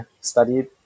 studied